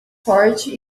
forte